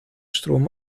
strom